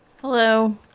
Hello